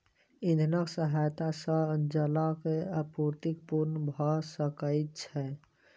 इंधनक सहायता सॅ जलक आपूर्ति पूर्ण भ सकै छै